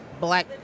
Black